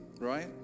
right